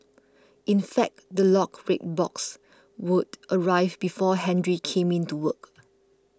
in fact the locked red box would arrive before Henry came in to work